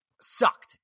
sucked